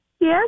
Yes